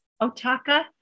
Otaka